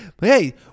hey